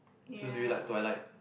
so do you like Twilight